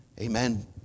Amen